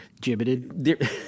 gibbeted